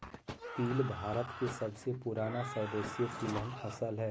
तिल भारत के सबसे पुराना स्वदेशी तिलहन फसल हइ